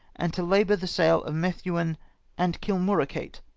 and to labour the sale of methuen and killmorocate,